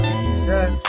Jesus